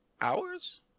Hours